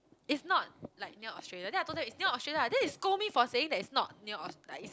is not like near Australia then I told them it's near Australia lah then they scold me for saying that it's not near Aust~ like it's